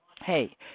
hey